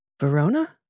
Verona